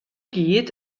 gyd